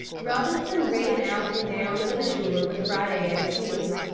robinson ran out and down to the shore with friday at his heels.